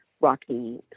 rocky